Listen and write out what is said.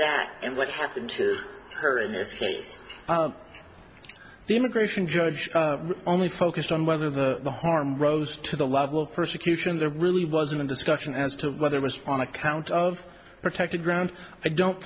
that and what happened to her in this case the immigration judge only focused on whether the harm rose to the level of persecution there really wasn't a discussion as to whether was on account of protected ground i don't